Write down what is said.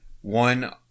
One